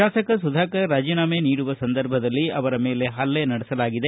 ಶಾಸಕ ಸುಧಾಕರ್ ರಾಜೀನಾಮೆ ನೀಡುವ ಸಂದರ್ಭದಲ್ಲಿ ಅವರ ಮೇಲೆ ಪಲ್ಲೆ ನಡೆಸಲಾಗಿದೆ